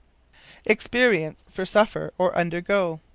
experience for suffer, or undergo.